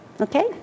Okay